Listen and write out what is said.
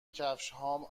کفشهام